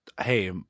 Hey